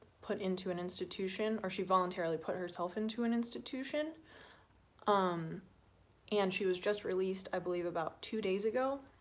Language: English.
put into an institution or she voluntarily put herself into an institution um and she was just released i believe about two days ago